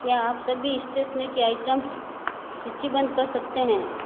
क्या आप सभी स्टेशनरी की आइटम्स सूचीबद्ध कर सकते हैं